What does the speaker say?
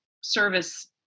service